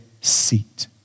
seat